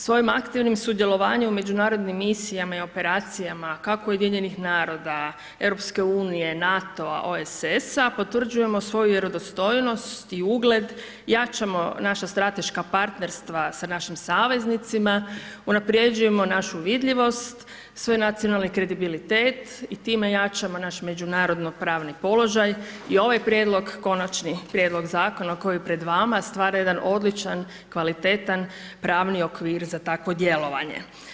Svojim aktivnim sudjelovanjem u međunarodnim misijama i operacijama kako UN-a, EU, NATO-a, OESS-a potvrđujemo svoju vjerodostojnost i ugled, jačamo naša strateška partnerstva sa našim saveznicima, unapređujemo našu vidljivost, svenacionalni kredibilitet i time jačamo naš međunarodno pravni položaj i ovaj prijedlog, konačni prijedlog zakona koji je pred vama stvara jedan odličan, kvalitetan pravni okvir za takvo djelovanje.